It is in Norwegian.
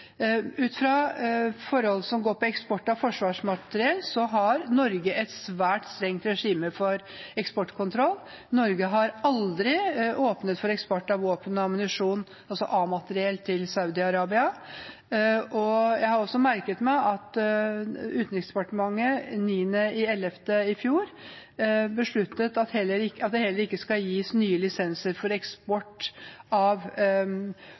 Ut fra forhold som går på eksport av forsvarsmateriell, har Norge et svært strengt regime for eksportkontroll. Norge har aldri åpnet for eksport av våpen og ammunisjon, altså A-materiell, til Saudi-Arabia, og jeg har også merket meg at Utenriksdepartementet 9. november i fjor besluttet at det heller ikke skal gis nye lisenser for eksport av